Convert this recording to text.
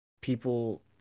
people